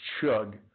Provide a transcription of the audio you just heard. chug